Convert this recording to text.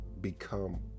become